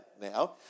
Now